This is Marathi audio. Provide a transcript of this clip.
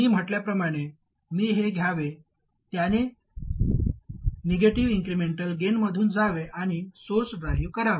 मी म्हटल्याप्रमाणे मी हे घ्यावे त्याने निगेटिव्ह इन्क्रिमेंटल गेनमधून जावे आणि सोर्स ड्राइव्ह करावा